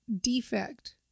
defect